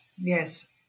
yes